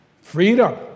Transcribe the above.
freedom